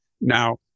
Now